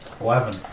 Eleven